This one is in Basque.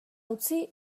utzi